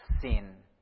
sin